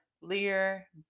Lear